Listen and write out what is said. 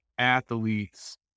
athletes